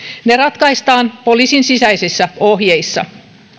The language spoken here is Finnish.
ne ratkaistaan poliisin sisäisissä ohjeissa